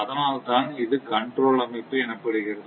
அதனால் தான் இது கண்ட்ரோல் அமைப்பு எனப்படுகிறது